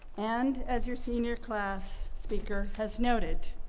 and as your senior class speaker has noted,